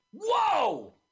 Whoa